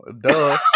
Duh